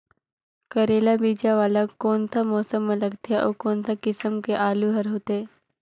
करेला बीजा वाला कोन सा मौसम म लगथे अउ कोन सा किसम के आलू हर होथे?